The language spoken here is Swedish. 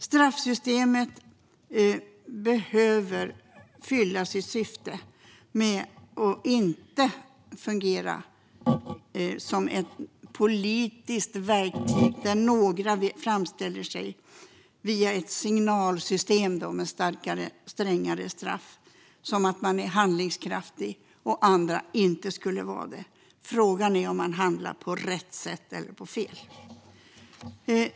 Straffsystemet behöver fylla sitt syfte och inte fungera som ett politiskt verktyg där några via signaler om starkare och strängare straff framställer sig som handlingskraftiga och som att andra inte är det. Frågan är om man handlar på rätt sätt eller på fel sätt.